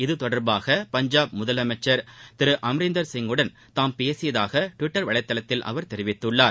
இதுதொடர்பாக பஞ்சாப் முதலமைச்சர் திரு அம்ரீந்தர் சிங்குடன் தாம் பேசியதாக டிவிட்டர் வலைதளத்தில் அவர் தெரிவித்துள்ளார்